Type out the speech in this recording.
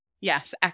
Yes